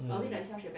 mm